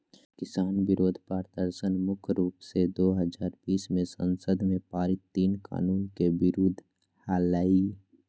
किसान विरोध प्रदर्शन मुख्य रूप से दो हजार बीस मे संसद में पारित तीन कानून के विरुद्ध हलई